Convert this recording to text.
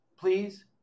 Please